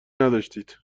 نداشتید